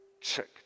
Check